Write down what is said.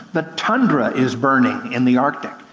the tundra is burning in the arctic.